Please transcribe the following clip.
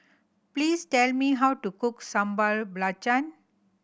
please tell me how to cook Sambal Belacan